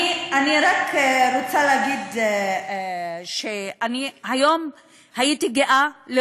אני רק רוצה להגיד שאני הייתי גאה היום